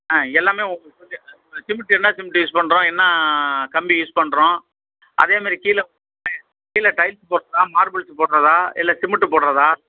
ஆ எல்லாமே உங்களுக்கு வந்து சிமிண்ட்டு என்ன சிமிண்ட்டு யூஸ் பண்ணுறோம் என்ன கம்பி யூஸ் பண்ணுறோம் அதே மாரி கீழே ஆ கீழே டைல்ஸு போடுறதா மார்பிள்ஸு போடுறதா இல்லை சிமிண்ட்டு போடுறதா